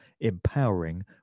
empowering